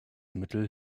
mittel